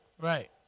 Right